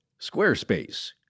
Squarespace